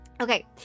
Okay